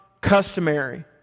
customary